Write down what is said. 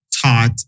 taught